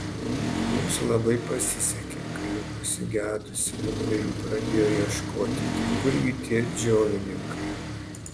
mums labai pasisekė kai jau pasigedusi mudviejų pradėjo ieškoti tai kurgi tie džiovininkai